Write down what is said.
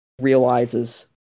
realizes